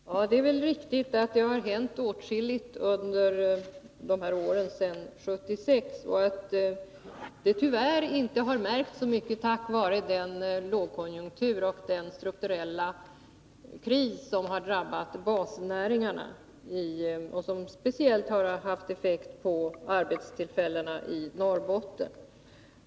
Herr talman! Det är väl riktigt att det har hänt åtskilligt under åren sedan 1976, men detta har tyvärr inte märkts så mycket på grund av den lågkonjunktur och den strukturella kris som drabbat basnäringarna och som speciellt haft effekt på arbetstillfällena i Norrbotten.